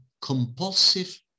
compulsive